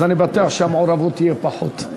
אז אני בטוח שתהיה פחות מעורבות.